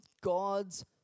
God's